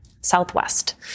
Southwest